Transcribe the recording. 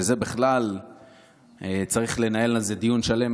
שעל זה בכלל צריך לנהל דיון שלם,